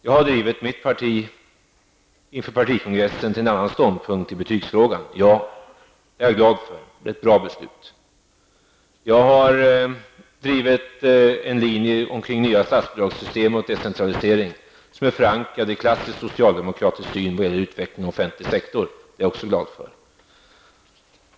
Jag har inför partikongressen drivit mitt parti till en annan ståndpunkt i betygsfrågan. Det är jag glad för. Det är ett bra beslut. Jag har drivit en linje beträffande nya statsbidragssystem och decentralisering, vilken är förankrad i en klassisk socialdemokratisk syn på utveckling av offentlig sektor. Det är jag också glad för.